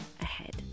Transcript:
ahead